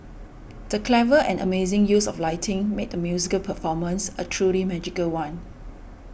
the clever and amazing use of lighting made the musical performance a truly magical one